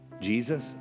Jesus